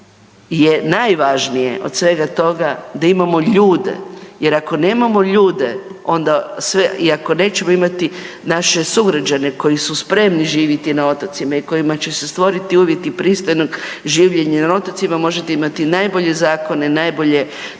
je najvažnije od svega toga da imamo ljude jer ako nemamo ljude onda sve i ako nećemo imati naše sugrađane koji su spremni živjeti na otocima i kojima će se stvoriti uvjeti pristojnog življenja na otocima možete imati najbolje zakone, najbolje